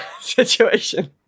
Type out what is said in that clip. situation